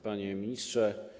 Panie Ministrze!